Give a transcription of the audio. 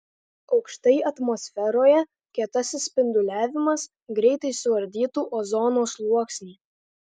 aukštai atmosferoje kietasis spinduliavimas greitai suardytų ozono sluoksnį